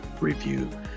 review